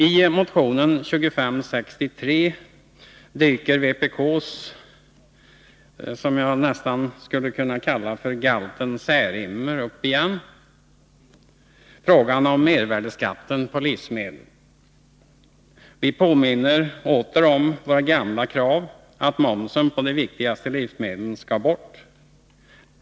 I motion 2563 dyker vpk:s ”galten Särimner” upp igen. Det gäller frågan om mervärdeskatten på livsmedel. Vi påminner åter om våra gamla krav på att momsen på de viktigaste livsmedlen skall bort.